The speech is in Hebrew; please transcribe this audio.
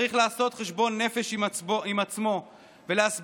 צריך לעשות חשבון נפש עם עצמו ולהסביר